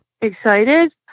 excited